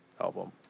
album